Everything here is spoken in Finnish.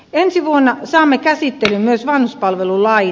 ensi vuonna saamme käsittelyyn myös vanhuspalvelulain